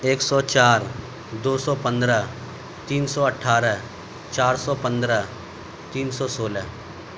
ایک سو چار دو سو پندرہ تین سو اٹھارہ چار سو پندرہ تین سو سولہ